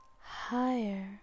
higher